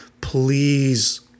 please